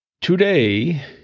Today